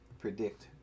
predict